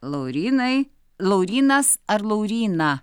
laurynai laurynas ar lauryna